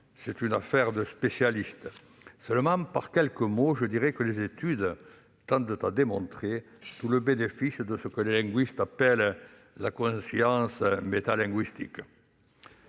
C'est une affaire de spécialistes ! Seulement par quelques mots, je dirai que les études tendent à démontrer tout le bénéfice de ce que les linguistes appellent « la conscience métalinguistique